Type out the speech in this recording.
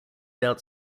doubt